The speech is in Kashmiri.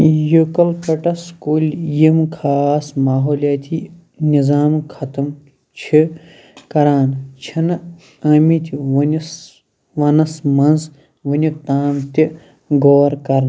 یوکلپٹس کُلۍ یِم خاص ماحوٗلِیٲتی نِظام ختٕم چھِ کَران چھِنہٕ آمٕتۍ وُنِس وَنَس منٛز وُنیُکتام تہِ غور کَرنہٕ